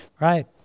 Right